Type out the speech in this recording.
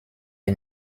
est